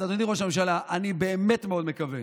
אז אדוני ראש ממשלה, אני באמת מאוד מקווה,